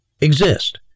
exist